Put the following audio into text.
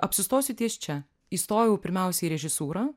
apsistosiu ties čia įstojau pirmiausia į režisūrą